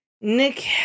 Nick